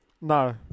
No